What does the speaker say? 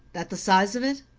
that the size of it?